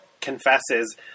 confesses